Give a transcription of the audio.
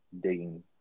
digging